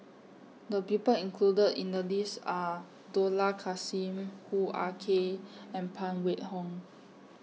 The People included in The list Are Dollah Kassim Hoo Ah Kay and Phan Wait Hong